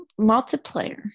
multiplayer